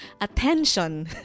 Attention